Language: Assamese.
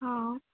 অ